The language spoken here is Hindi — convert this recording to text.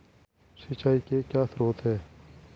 सिंचाई के क्या स्रोत हैं?